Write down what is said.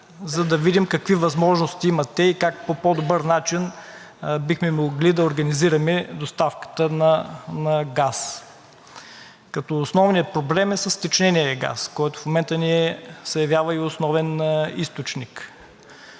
за да видим какви възможности имат те и как по по-добър начин бихме могли да организираме доставката на газ, като основният проблем е с втечнения газ, който в момента ни се явява и основен източник.